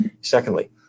Secondly